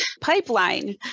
pipeline